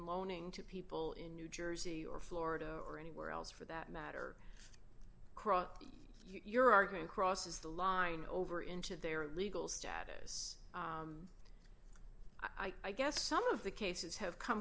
loaning to people in new jersey or florida or anywhere else for that matter your argument crosses the line over into their legal status i guess some of the cases have come